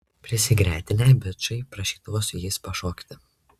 prisigretinę bičai prašydavo su jais pašokti